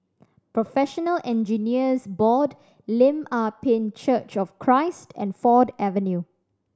Professional Engineers Board Lim Ah Pin Church of Christ and Ford Avenue